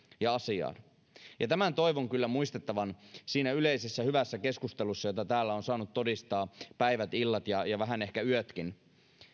ja asiaan tämän toivon kyllä muistettavan siinä yleisessä hyvässä keskustelussa jota täällä on saanut todistaa päivät illat ja ehkä vähän yötkin